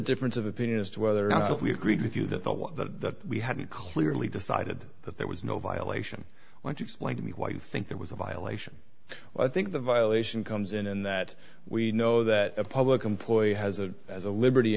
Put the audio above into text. difference of opinion as to whether or not we agreed with you that the law that we hadn't clearly decided that there was no violation want to explain to me why you think that was a violation i think the violation comes in and that we know that a public employee has a as a liberty